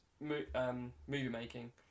movie-making